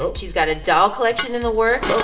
so she's got a doll collection in the works.